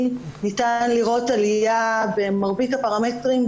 ניתן לראות עלייה במרבית הפרמטרים,